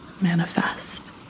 manifest